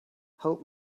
help